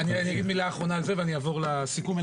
אגיד מילה אחרונה על זה ואעבור לסיכום,